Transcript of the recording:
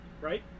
right